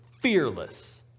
fearless